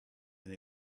and